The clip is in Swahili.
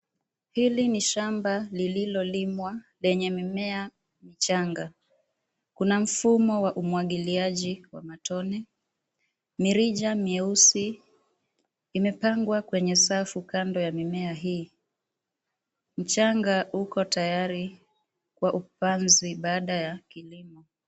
HIli ni shamba lililolimwa, lenye mimea michanga. Kuna mfumo wa umwagiliaji wa matone. Mirija meusi mirefu imepangwa kwenye safu kando ya mimea hii. Mchanga uko tayari kwa upanzi baada ya kilimo.